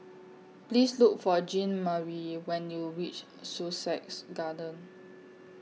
Please Look For Jeanmarie when YOU REACH Sussex Garden